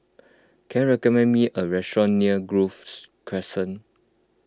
can you recommend me a restaurant near Grove Crescent